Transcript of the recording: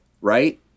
right